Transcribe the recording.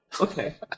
Okay